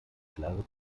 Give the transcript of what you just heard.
klare